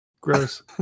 Gross